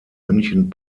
münchen